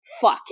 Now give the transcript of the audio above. fuck